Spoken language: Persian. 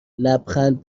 لبخند